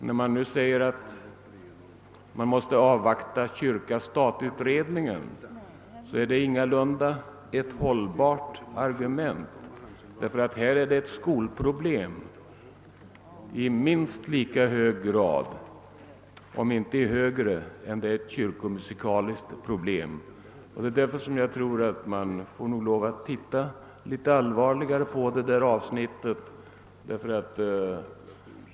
När man nu säger att vi måste avvakta kyrka—Sstat-utredningen, så tror jag ingalunda att det är ett hållbart argument. Detta är ett skolproblem i minst lika hög grad som — om inte i högre grad än — ett kyrkomusikaliskt problem. Därför anser jag att man nog bör titta litet allvarligare på detta avsnitt.